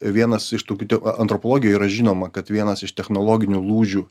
vienas iš tų kitų a antropologijoj yra žinoma kad vienas iš technologinių lūžių